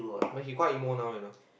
but he quite emo now you know